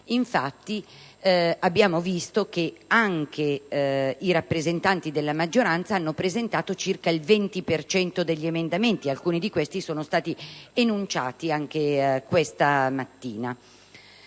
infatti, abbiamo visto che anche i rappresentanti della maggioranza hanno presentato circa il 20 per cento degli emendamenti (alcuni di questi sono stati annunciati anche questa mattina).